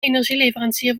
energieleverancier